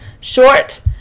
short